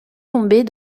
tomber